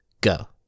go